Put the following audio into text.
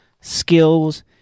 skills